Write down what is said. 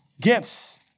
gifts